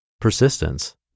Persistence